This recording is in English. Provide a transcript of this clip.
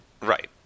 Right